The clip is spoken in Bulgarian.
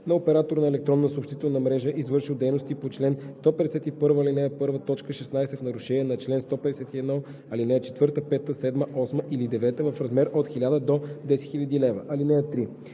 на оператор на електронна съобщителна мрежа, извършил дейности по чл. 151, ал. 1, т. 16 в нарушение на чл. 151, ал. 4, 5, 7, 8 или 9 – в размер от 1000 до 10 000 лв.